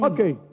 Okay